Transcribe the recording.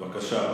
בבקשה.